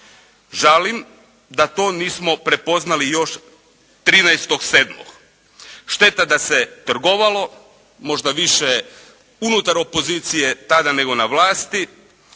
Žalim da to nismo prepoznali još 13.7. Šteta da se trgovalo, možda više unutar opozicije tada nego na vlasti.